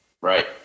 Right